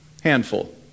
Handful